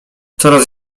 coraz